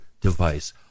device